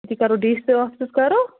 أتی کَرو DC offices آفسَس کَرو